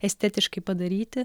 estetiškai padaryti